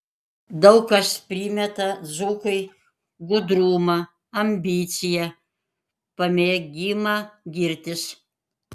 daug kas primeta dzūkui gudrumą ambiciją pamėgimą girtis